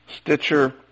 Stitcher